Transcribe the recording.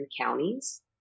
counties